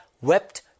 wept